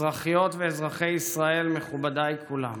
אזרחיות ואזרחי ישראל, מכובדיי כולם.